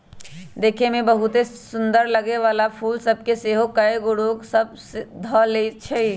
देखय में बहुते समसुन्दर लगे वला फूल सभ के सेहो कएगो रोग सभ ध लेए छइ